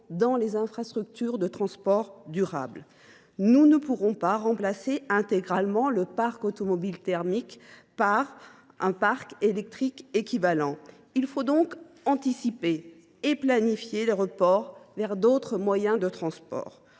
dans des infrastructures de transport durables. Nous ne pourrons pas remplacer intégralement le parc automobile thermique par un parc électrique équivalent. Il faut donc anticiper et planifier le report vers d’autres moyens de transport.